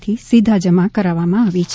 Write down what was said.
થી સીધા જમા કરવામાં આવી છે